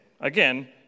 again